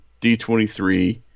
D23